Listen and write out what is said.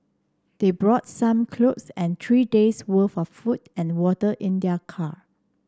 they brought some clothes and three days' worth of food and water in their car